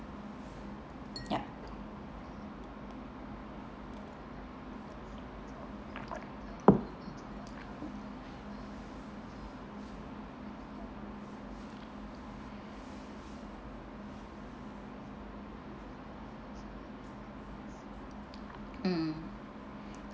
yup mm